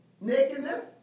nakedness